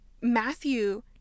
Matthew